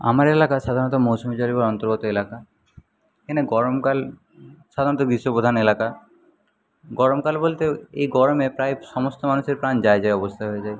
আমার এলাকা সাধারণত মৌসুমি জলবায়ুর অন্তর্গত এলাকা এখানে গরমকাল সাধারণত গ্রীষ্মপ্রধান এলাকা গরমকাল বলতে এই গরমে প্রায় সমস্ত মানুষের প্রাণ যায় যায় অবস্থা হয়ে যায়